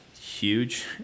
huge